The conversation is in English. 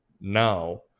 now